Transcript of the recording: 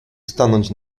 stanąć